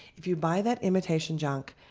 if you buy that imitation junk,